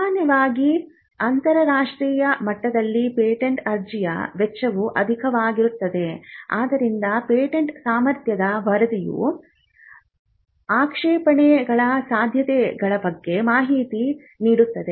ಸಾಮಾನ್ಯವಾಗಿ ಅಂತರರಾಷ್ಟ್ರೀಯ ಮಟ್ಟದಲ್ಲಿ ಪೇಟೆಂಟ್ ಅರ್ಜಿಯ ವೆಚ್ಚವೂ ಅಧಿಕವಾಗಿರುತ್ತದೆ ಆದ್ದರಿಂದ ಪೇಟೆಂಟ್ ಸಾಮರ್ಥ್ಯದ ವರದಿಯು ಆಕ್ಷೇಪಣೆಗಳ ಸಾಧ್ಯತೆಗಳ ಬಗ್ಗೆ ಮಾಹಿತಿ ನೀಡುತ್ತದೆ